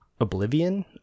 Oblivion